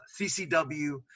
CCW